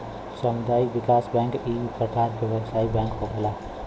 सामुदायिक विकास बैंक इक परकार के व्यवसायिक बैंक होखेला